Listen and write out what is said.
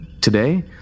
today